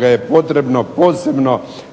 je potrebno posebno